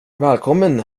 välkommen